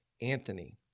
Anthony